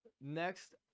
next